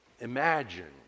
Imagine